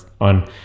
on